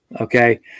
okay